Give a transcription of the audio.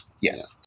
Yes